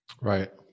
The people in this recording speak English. right